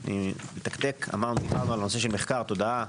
מחקר, תודעה,